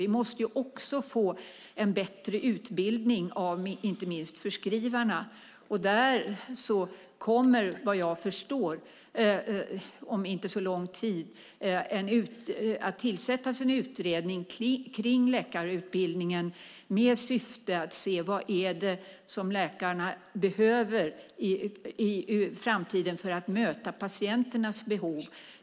Vi måste också få en bättre utbildning av inte minst förskrivarna. Såvitt jag förstår kommer det om inte så lång tid att tillsättas en utredning kring läkarutbildningen med syfte att se vad det är som läkarna behöver i framtiden för att möta patienternas behov.